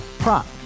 Prop